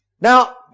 Now